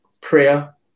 prayer